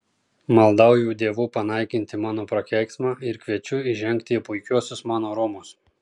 maldauju dievų panaikinti mano prakeiksmą ir kviečiu įžengti į puikiuosius mano rūmus